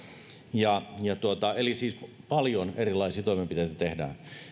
eli paljon erilaisia toimenpiteitä tehdään